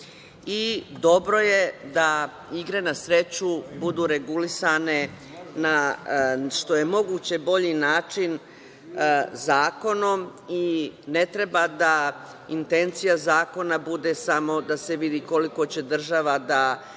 Dobro je da igre na sreću budu regulisane što je moguće bolji način zakonom i ne treba da intencija zakona bude samo da se vidi koliko će država da izvuče